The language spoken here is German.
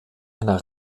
einer